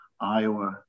Iowa